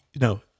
no